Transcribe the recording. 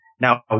Now